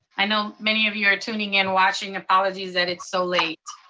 i know many of you are tuning in watching, apologies that it's so late.